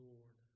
Lord